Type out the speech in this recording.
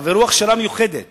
יעברו הכשרה מיוחדת